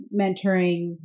mentoring